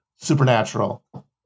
supernatural